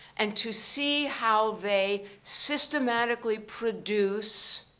and to see how they systematically produce